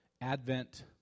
Advent